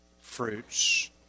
fruits